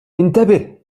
انتبه